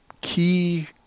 key